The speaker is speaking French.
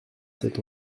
cet